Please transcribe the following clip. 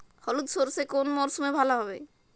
হলুদ সর্ষে কোন মরশুমে ভালো হবে?